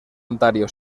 ontario